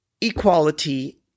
equality